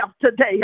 today